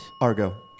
Argo